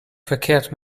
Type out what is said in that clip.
verkehrt